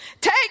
Take